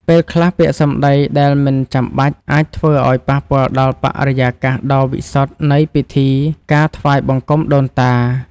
ពេលខ្លះពាក្យសម្ដីដែលមិនចាំបាច់អាចធ្វើឱ្យប៉ះពាល់ដល់បរិយាកាសដ៏វិសុទ្ធនៃពិធីការថ្វាយបង្គំដូនតា។